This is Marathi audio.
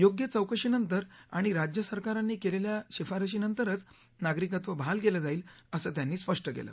योग्य चौकशीनंतर आणि राज्यसरकारांनी केलेल्या शिफारशीनंतरच नागरिकत्व बहाल केलं जाईल असं त्यांनी स्पष्ट केलं